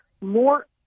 more